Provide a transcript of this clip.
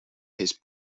his